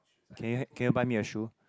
can you can you buy me a shoe